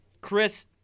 Chris